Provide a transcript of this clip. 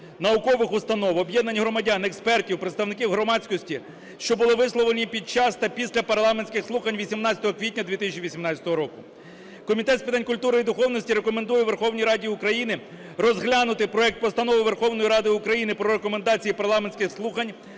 наукових установ, об'єднань громадян, експертів, представників громадськості, що були висловлені під час та після парламентських слухань 18 квітня 2018 року. Комітет з питань культури і духовності рекомендує Верховній Раді України розглянути проект Постанови Верховної Ради України про Рекомендації парламентських слухань